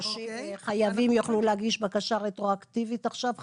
חייבים יוכלו להגיש בקשה רטרואקטיבית עכשיו?